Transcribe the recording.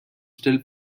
still